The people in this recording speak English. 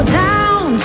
down